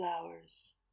flowers